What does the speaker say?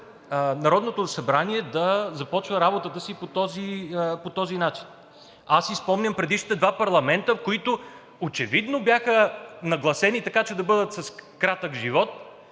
Народното събрание да започва работата си по този начин! Аз си спомням предишните два парламента, които очевидно бяха нагласени така, че да бъдат с кратък живот,